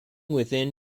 within